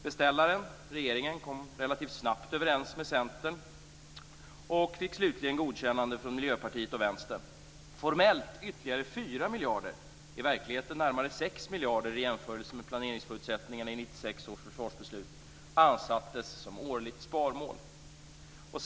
Beställaren - regeringen - kom relativt snabbt överens med Centern och fick slutligen godkännande från Miljöpartiet och Vänstern. Formellt uppsattes som årligt sparmål ytterligare 4 miljarder - i verkligheten närmare 6 miljarder i jämförelse med planeringsförutsättningarna i 1996 års försvarsbeslut.